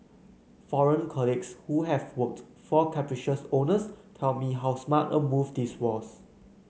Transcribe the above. foreign colleagues who have worked for capricious owners tell me how smart a move this was